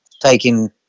taking